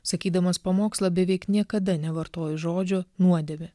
sakydamas pamokslą beveik niekada nevartoju žodžio nuodėmė